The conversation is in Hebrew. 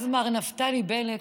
אז מר נפתלי בנט,